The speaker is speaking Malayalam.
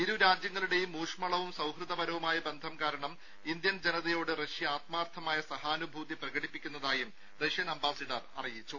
ഇരു രാജ്യങ്ങളുടെയും ഊഷ്മളവും സൌഹൃദപരവുമായ ബന്ധം കാരണം ഇന്ത്യൻ ജനതയോട് റഷ്യ ആത്മാർത്ഥമായ സഹാനുഭൂതി പ്രകടിപ്പിക്കുന്നതായും റഷ്യൻ അംബാസിഡർ അറിയിച്ചു